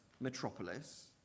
metropolis